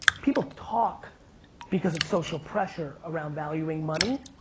people talk because of social pressure around valuing money.